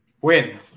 Win